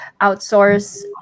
outsource